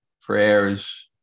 prayers